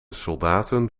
soldaten